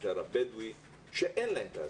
במגזר הבדואי שאין להם תעסוקה.